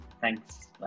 Thanks